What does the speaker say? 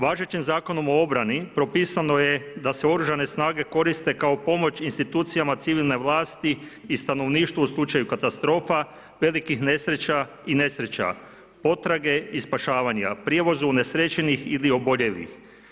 Važećim Zakonom o obrani propisano je da se oružane snage koriste kao pomoć institucijama civilne vlasti i stanovništva u slučaju katastrofa, velikih nesreća i nesreća, potrage i spašavanja, prijevoza unesrećenih ili oboljelih.